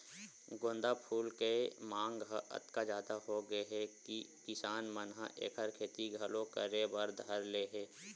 गोंदा फूल के मांग ह अतका जादा होगे हे कि किसान मन ह एखर खेती घलो करे बर धर ले हे